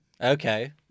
okay